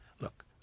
look